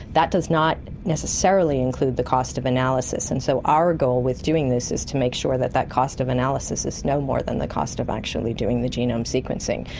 that does not necessarily include the cost of analysis, and so our goal with doing this is to make sure that that cost of analysis is no more than the cost of actually doing the genome sequencing.